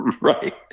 Right